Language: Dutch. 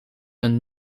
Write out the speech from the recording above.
een